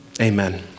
amen